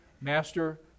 master